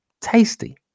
tasty